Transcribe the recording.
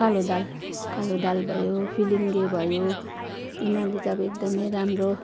कालो दाल कालो दाल भयो फिलिङ्गे भयो यिनीहरूले चाहिँ अब एकदमै राम्रो